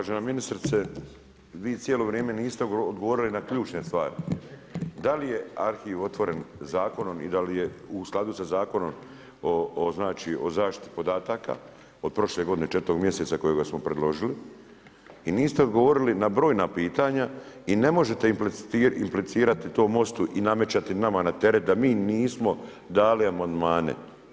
Uvažena ministrice vi cijelo vrijeme niste odgovorili na ključne stvari da li je arhiv otvoren zakonom i da li je u skladu sa Zakonom o znači o zaštiti podataka od prošle godine 4.-oga mjeseca kojega smo predložili i niste odgovorili na brojna pitanja i ne možete implicirati to MOST-u i nametati nama na teret da mi nismo dali amandmane.